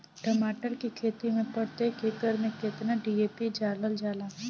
टमाटर के खेती मे प्रतेक एकड़ में केतना डी.ए.पी डालल जाला?